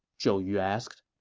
zhou yu asked